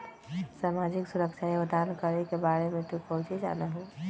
सामाजिक सुरक्षा योगदान करे के बारे में तू काउची जाना हुँ?